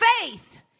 faith